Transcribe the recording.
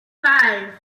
five